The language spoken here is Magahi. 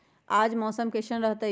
आज मौसम किसान रहतै?